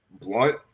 blunt